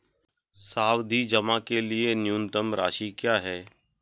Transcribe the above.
सावधि जमा के लिए न्यूनतम राशि क्या है?